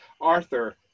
arthur